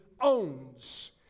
owns